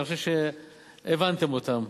אני חושב שהבנתם אותם.